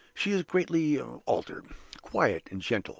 she is greatly altered quiet and gentle,